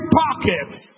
pockets